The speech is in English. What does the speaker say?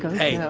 hey,